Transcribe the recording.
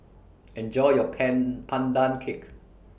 Enjoy your Pan Pandan Cake